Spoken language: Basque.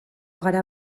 gara